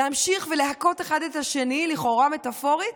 להמשיך ולהכות אחד את השני, לכאורה, מטפורית,